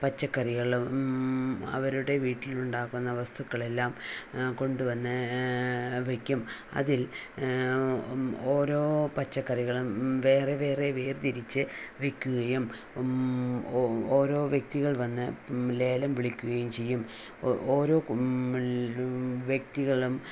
പച്ചക്കറികളും അവരുടെ വീട്ടിൽ ഉണ്ടാക്കുന്ന വസ്തുക്കളെല്ലാം കൊണ്ടുവന്ന് വെക്കും അതിൽ ഓരോ പച്ചക്കറികളും വേറെ വേറെ വേർതിരിച്ച് വിൽക്കുകയും ഓരോ വ്യക്തികൾ വന്ന് ലേലം വിളിക്കുകയും ചെയ്യും ഓരോ വ്യക്തികളും